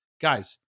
Guys